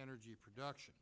energy production